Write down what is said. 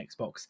Xbox